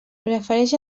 prefereix